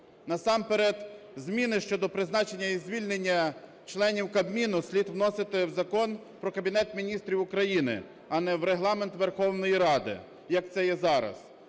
Насамперед зміни щодо призначення і звільнення членів Кабміну слід вносити в Закон "Про Кабінет Міністрів України" а не в Регламент Верховної Ради, як це є зараз.